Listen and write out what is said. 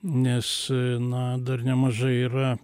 nes na dar nemažai yra